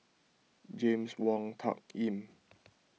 James Wong Tuck Yim